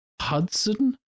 Hudson